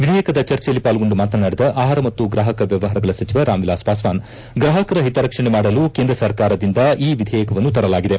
ವಿಧೇಯಕದ ಚರ್ಚೆಯಲ್ಲಿ ಪಾಲ್ಗೊಂಡು ಮಾತನಾಡಿದ ಆಹಾರ ಮತ್ತು ಗ್ರಾಹಕ ವ್ಲವಹಾರಗಳ ಸಚಿವ ರಾಮ್ವಿಲಾಸ್ ಪಾಸ್ಟಾನ್ ಗ್ರಾಹಕರ ಹಿತರಕ್ಷಣೆ ಮಾಡಲು ಕೇಂದ್ರ ಸರ್ಕಾರದಿಂದ ಈ ವಿಧೇಯಕವನ್ನು ತರಲಾಗಿದೆ